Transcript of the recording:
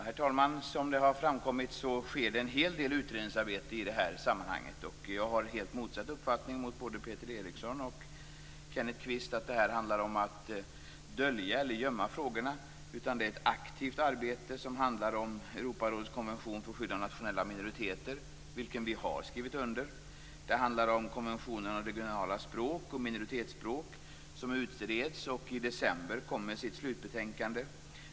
Herr talman! Som det har framkommit sker det en hel del utredningsarbete i det här sammanhanget. Jag har helt motsatt uppfattning mot både Peter Eriksson och Kenneth Kvist, som tyckte att det handlade om att dölja eller gömma frågorna. Det här är ett aktivt arbete som handlar om Europarådets konvention för att skydda nationella minoriteter, vilken vi har skrivit under. Det handlar om konventionen om regionala språk och minoritetsspråk. Denna utreds, och i december kommer det ett slutbetänkande.